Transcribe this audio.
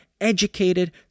educated